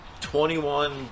21